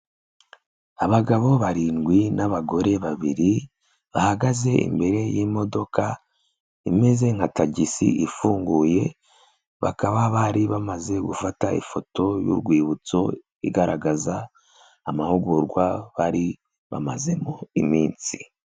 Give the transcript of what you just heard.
Abagabo barindwi n'abagore babiri, bahagaze imbere y'imodoka imeze nka tagisi ifunguye, bakaba bari bamaze gufata ifoto y'urwibutso igaragaza amahugurwa bari bamazemo iminsi.